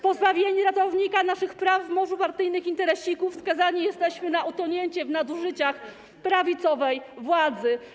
Pozbawieni ratownika naszych praw w morzu partyjnych interesików skazani jesteśmy na utonięcie w nadużyciach prawicowej władzy.